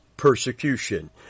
persecution